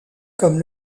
comme